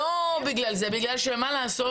לא בגלל זה אלא בגלל שמה לעשות,